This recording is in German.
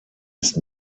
ist